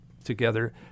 Together